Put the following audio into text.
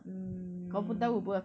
mm